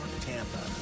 Tampa